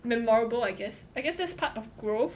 memorable I guess I guess that's part of growth